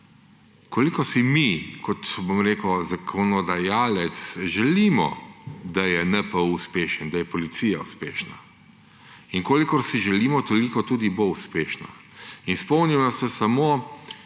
koliko si mi kot zakonodajalec želimo, da je NPU uspešen, da je policija uspešna. In kolikor si želimo, toliko tudi bo uspešna. In spomnimo se samo